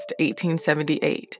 1878